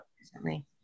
recently